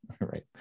right